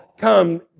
come